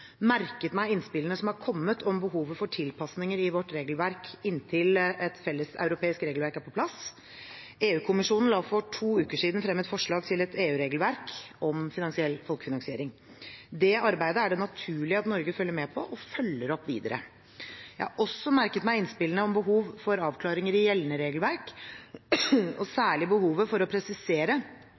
merket meg innspillene som har kommet om behovet for tilpasninger i vårt regelverk inntil et felles europeisk regelverk er på plass. EU-kommisjonen la for to uker siden frem et forslag til et EU-regelverk om finansiell folkefinansiering. Det arbeidet er det naturlig at Norge følger med på, og følger opp videre. Jeg har også merket meg innspillene om behov for avklaringer i gjeldende regelverk og særlig behovet for å presisere